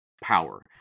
power